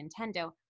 nintendo